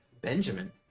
Benjamin